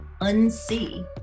unsee